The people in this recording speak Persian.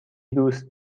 دوست